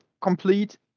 complete